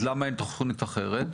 אז למה אין תוכנית אחרת?